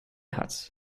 hat